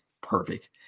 Perfect